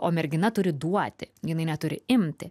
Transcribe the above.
o mergina turi duoti jinai neturi imti